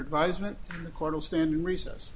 advisement kornel stand in recess